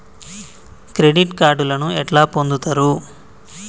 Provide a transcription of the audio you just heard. Credit కార్డులను ఎట్లా పొందుతరు?